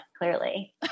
clearly